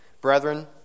Brethren